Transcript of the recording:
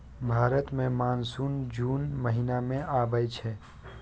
भारत मे monsoon June महीना मे आबय छै